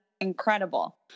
incredible